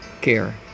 care